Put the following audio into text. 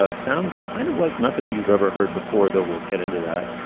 ah it sounds kind of like nothing you've ever heard before, though. we'll get into that.